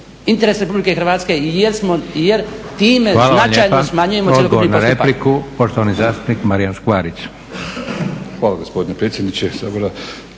interes Republike Hrvatske jer time značajno smanjujemo cjelokupni postupak.